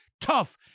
tough